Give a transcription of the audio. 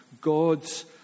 God's